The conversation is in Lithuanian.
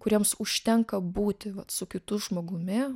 kuriems užtenka būti vat su kitu žmogumi